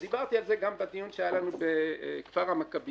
ודיברתי על זה גם בדיון שהיה לנו בכפר מכביה.